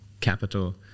capital